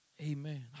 amen